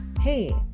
Hey